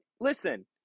listen